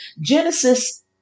Genesis